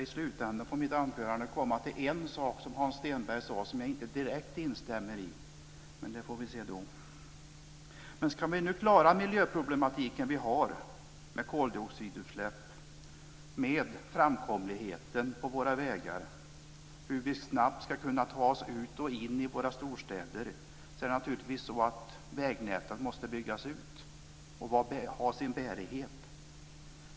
I slutet av mitt anförande kommer jag till en sak som Hans Stenberg sade och som jag inte direkt håller med om men det tar vi alltså senare. För att klara den miljöproblematik som vi har med koldioxidutsläppen och med framkomligheten på våra vägar - hur vi snabbt kan ta oss ut ur och in i våra storstäder - måste vägnätet naturligtvis byggas ut och ha sin bärighet.